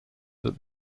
that